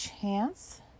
chance